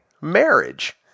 marriage